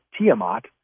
Tiamat